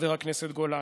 חבר הכנסת גולן: